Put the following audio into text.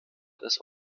des